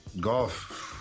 golf